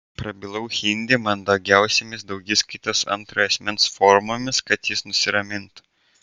prabilau hindi mandagiausiomis daugiskaitos antrojo asmens formomis kad jis nusiramintų